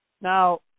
Now